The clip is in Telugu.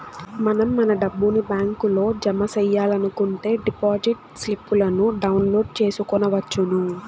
మనం మన డబ్బుని బ్యాంకులో జమ సెయ్యాలనుకుంటే డిపాజిట్ స్లిప్పులను డౌన్లోడ్ చేసుకొనవచ్చును